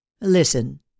Listen